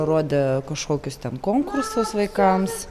rodė kažkokius ten konkursus vaikams